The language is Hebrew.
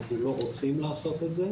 אנחנו לא רוצים לעשות את זה,